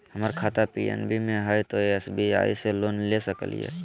हमर खाता पी.एन.बी मे हय, तो एस.बी.आई से लोन ले सकलिए?